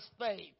faith